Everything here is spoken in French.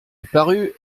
eparus